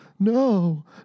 No